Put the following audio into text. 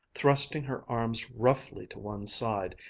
thrusting her arms roughly to one side,